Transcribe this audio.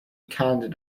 candid